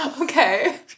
Okay